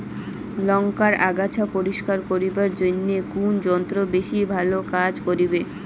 লংকার আগাছা পরিস্কার করিবার জইন্যে কুন যন্ত্র বেশি ভালো কাজ করিবে?